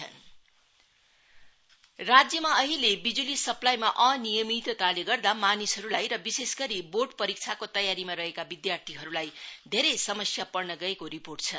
power complaint राज्यमा अहिले बिज्ली सप्लाईमा अनियमितताले गर्दा मानिसहरूलाई र विशेष गरी बोर्ड परीक्षाको तयारीमा रहेका विद्यार्थीहरूलाई धेरै समस्या पर्न गएको रिर्वोट छ